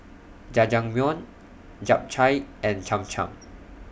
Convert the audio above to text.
Jajangmyeon Japchae and Cham Cham